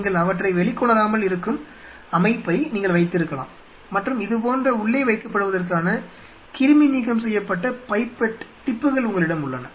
நீங்கள் அவற்றை வெளிக்கொணராமல் இருக்கும் அமைப்பை நீங்கள் வைத்திருக்கலாம் மற்றும் இதுபோன்ற உள்ளே வைக்கப்படுவதற்கான கிருமி நீக்கம் செய்யப்பட்ட பைப்பெட் டிப்புகள் உங்களிடம் உள்ளன